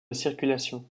circulation